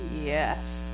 Yes